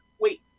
wait